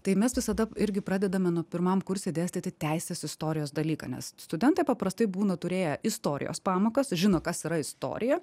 tai mes visada irgi pradedame nuo pirmam kurse dėstyti teisės istorijos dalyką nes studentai paprastai būna turėję istorijos pamokas žino kas yra istorija